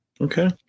Okay